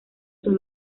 son